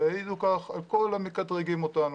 ויעידו כך כל המקטרגים אותנו,